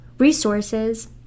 resources